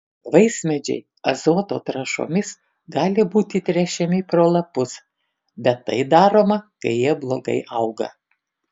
vaismedžiai azoto trąšomis gali būti tręšiami pro lapus bet tai daroma kai jie blogai auga